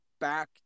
back